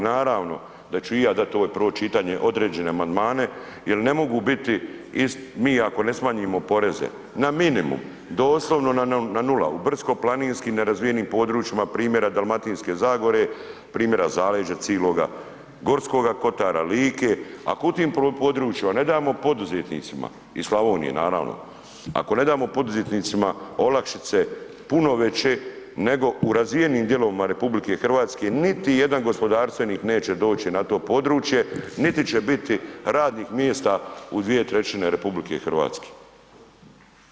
Naravno, da ću i ja dati, ovo je prvo čitanje, određene amandmane jel ne mogu biti mi ako ne smanjimo poreze na minimum, doslovno na nula u brdsko-planinskim nerazvijenim područjima primjera Dalmatinske zagore, primjera zaleđa ciloga, Gorskoga kotara, Like ako u tom području a ne dajemo poduzetnicima i Slavonije naravno, ako ne damo poduzetnicima olakšice puno veće nego u razvijenim dijelovima RH niti jedan gospodarstvenik neće doći na to područje, niti će biti radnih mjesta u dvije trećine RH.